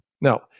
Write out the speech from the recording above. Now